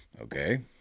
okay